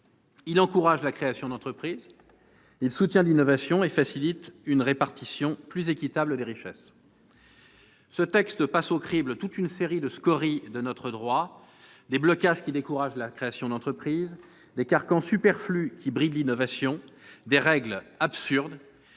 il encourage la création d'entreprises ; il soutient l'innovation et facilite une répartition plus équitable des richesses. Ce texte passe au crible toute une série de scories de notre droit : des blocages qui découragent la création d'entreprises, des carcans superflus qui brident l'innovation, des règles absurdes